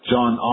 John